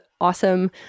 awesome